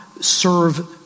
serve